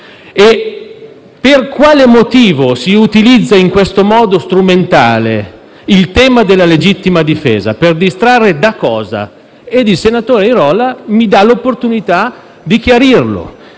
Per quale motivo si utilizza in questo modo strumentale il tema della legittima difesa? Per distrarre da cosa? Il senatore Airola, quindi, mi dà l'opportunità di chiarirlo